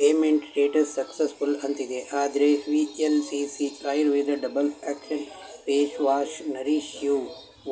payment status successful ಅಂತಿದೆ ಆದರೆ V L C C Ayurveda double action face wash nourish you